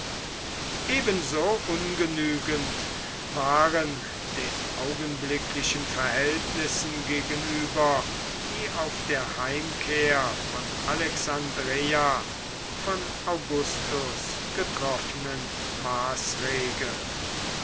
ebenso ungenügend waren den augenblicklichen verhältnissen gegenüber die auf der heimkehr von alexandreia von augustus getroffenen maßregeln